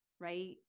right